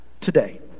today